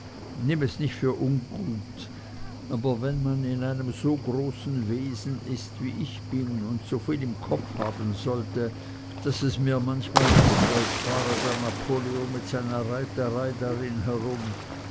nimm es nicht für ungut aber wenn man in einem so großen wesen ist wie ich bin und so viel im kopf haben sollte daß es mir manchmal ist als fahre der napoleon mit seiner reiterei darin herum